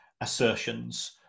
assertions